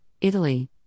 Italy